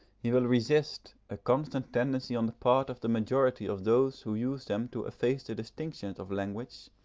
he will resist a constant tendency on the part of the majority of those who use them to efface the distinctions of language,